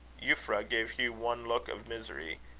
euphra gave hugh one look of misery,